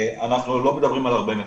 אנחנו לא מדברים על הרבה מפקחים.